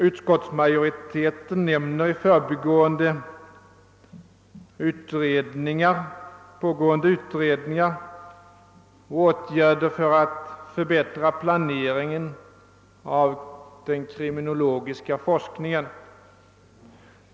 Utskottsmajoriteten nämner i förbigående en del pågående utredningar och åtgärder för att förbättra planeringen av den kriminologiska forskningen.